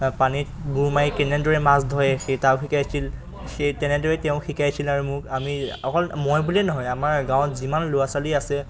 পানীত বুৰ মাৰি কেনেদৰে মাছ ধৰে সেই তাক শিকাইছিল সেই তেনেদৰেই তেওঁক শিকাইছিল আৰু মোক আমি অকল মই বুলিয়েই নহয় আমাৰ গাঁৱত যিমান ল'ৰা ছোৱালী আছে